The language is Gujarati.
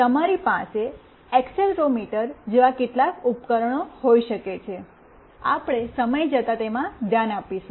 તમારી પાસે એક્સેલરોમીટર જેવા કેટલાક ઉપકરણ હોઈ શકે છે આપણે સમય જતાં તેમાં ધ્યાન આપીશું